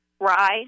rye